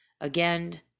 Again